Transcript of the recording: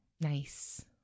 Nice